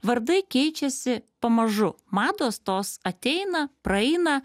vardai keičiasi pamažu mados tos ateina praeina